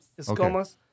Escomas